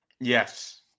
Yes